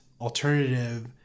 alternative